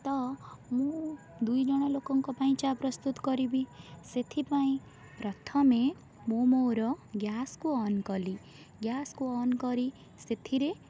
ତ ମୁଁ ଦୁଇ ଜଣ ଲୋକଙ୍କ ପାଇଁ ଚା' ପ୍ରସ୍ତୁତ କରିବି ସେଥିପାଇଁ ପ୍ରଥମେ ମୁଁ ମୋର ଗ୍ୟାସ୍କୁ ଅନ୍ କଲି ଗ୍ୟାସ୍କୁ ଅନ୍ କରି ସେଥିରେ